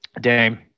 Dame